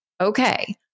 Okay